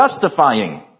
justifying